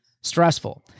stressful